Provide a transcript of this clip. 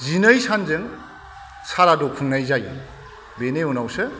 जिनै सानजों साराद' खुंनाय जायो बेनि उनावसो